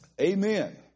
Amen